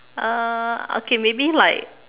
uh okay maybe like